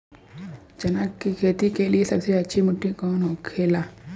चना की खेती के लिए सबसे अच्छी मिट्टी कौन होखे ला?